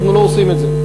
אנחנו לא עושים את זה.